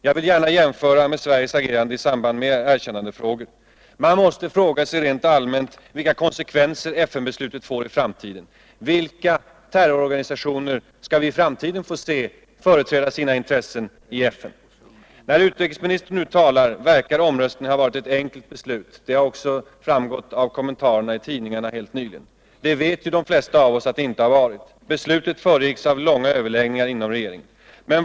Jag vill gärna jämföra med Sveriges agerande i samband med erkännandeproblem. Man måste fråga sig rent allmänt vilka konsekvenser FN-beslutet får i framtiden. Vilka terrororganisationer skall vi i framtiden få se företräda sina intressen i FN? När utrikesministern nu talar, verkar omröstningen ha varit ett enkelt beslut. Det har också låtit så av kommentarerna i tidningarna helt nyligen. Men de flesta av oss vet ju att så inte varit fallet. Beslutet föregicks av långa överläggningar inom regeringen.